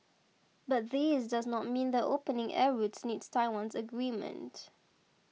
but this does not mean that opening air routes needs Taiwan's agreement